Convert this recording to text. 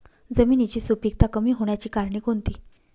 जमिनीची सुपिकता कमी होण्याची कारणे कोणती?